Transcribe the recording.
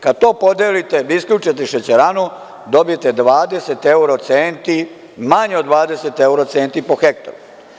Kada to podelite da isključite šećeranu dobijete 20 evra centi, manje od 20 evra centi po hektaru.